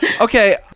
Okay